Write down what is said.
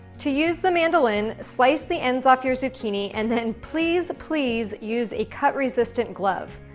to use the mandoline, slice the ends off your zucchini, and then please, please use a cut-resistant glove.